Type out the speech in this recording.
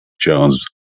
Jones